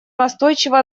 настойчиво